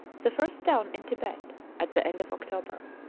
the first town in tibet, at the end of october.